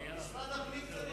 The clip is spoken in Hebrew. משרד הפנים צריך